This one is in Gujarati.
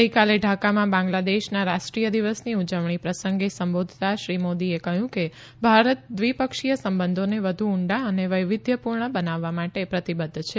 ગઇકાલે ઢાકામાં બાંગ્લાદેશના રાષ્ટ્રીય દિવસની ઉજવણી પ્રસંગે સંબોધતા શ્રી મોદીએ કહ્યું કે ભારત દ્વિપક્ષીય સંબંધોને વધુ ઊંડા અને વૈવિધ્યપૂર્ણ બનાવવા માટે પ્રતિબદ્ધ છે